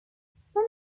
some